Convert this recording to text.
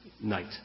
night